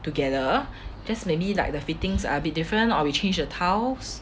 together just maybe like the fittings are be different or we change the tiles